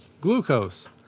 glucose